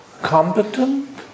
competent